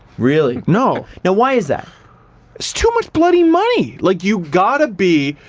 really? no. now why is that? it's too much bloody money. like you gotta be.